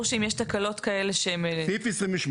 אבל זה ברור שאם יש תקלות כאלה שהם --- סעיף 28,